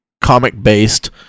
comic-based